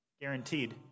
Guaranteed